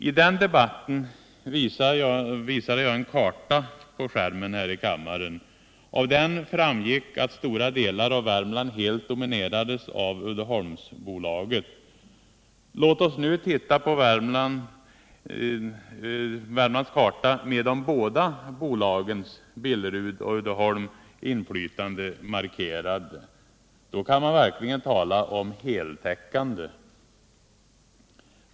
I den förra debatten visade jag en karta på bildskärmen här i kammaren. Av den framgick att stora delar av Värmland helt dominerades av Uddeholmsbolaget. Låt oss nu titta på Värmlands karta med de båda bolagens — Billeruds och Uddeholms — inflytande markerat. Här kan man verkligen tala om heltäckande.